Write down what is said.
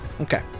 Okay